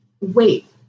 wait